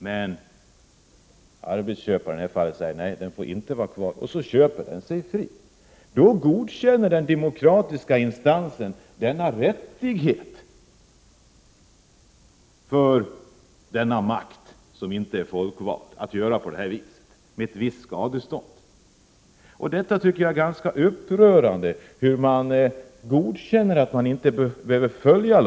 Men arbetsköparen i detta fall säger att den avskedade inte får vara kvar, dvs. arbetsköparen köper sig fri. Då godkänner den demokratiska instansen denna ”rättighet” för denna makt, som inte är folkvald, att göra så. Ett skadestånd tas ut. Jag tycker att det är upprörande att man godkänner att lagstiftningen inte behöver följas.